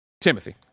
Timothy